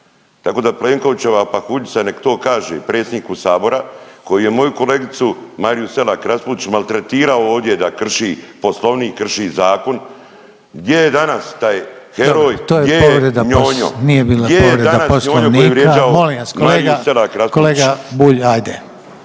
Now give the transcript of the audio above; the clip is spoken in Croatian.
Tako da Plenkovićeva pahuljica nek to kaže predsjedniku sabora koji je moju kolegicu Mariju Selak Raspudić maltretirao ovdje da krši Poslovnik, krši zakon. Gdje je danas taj heroj? …/Upadica Željko Reiner: To je povreda, nije bila povreda